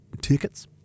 Tickets